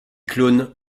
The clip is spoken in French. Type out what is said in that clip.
clones